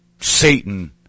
Satan